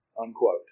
unquote